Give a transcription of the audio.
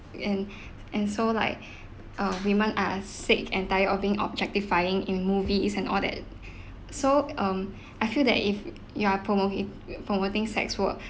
and and so like uh women are sick and tired of being objectifying in movies and all that so um I feel that if you are promo~ ing promoting sex work